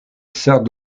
sert